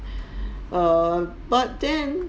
err but then